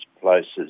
places